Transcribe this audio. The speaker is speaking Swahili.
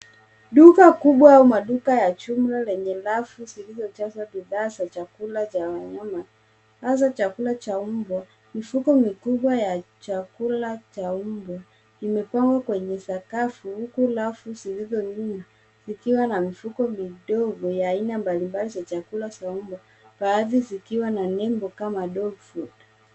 Duka kubwa au maduka a jumla yenye rafu zilizojazwa bidhaa za chakula ya wanyama hasa chakula cha mbwa. Mifuko mikubwa ya chakula cha mbwa imepangwa kwenye sakafu huku rafu zilizo juu ikiwa na mifuko midogo ya aina mbali mbali za chakula ya mbwa baadhi ikiwa na nembo kama dog food .